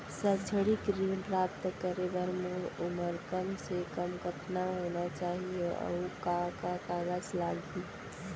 शैक्षिक ऋण प्राप्त करे बर मोर उमर कम से कम कतका होना चाहि, अऊ का का कागज लागही?